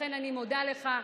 לכן אני מודה לך,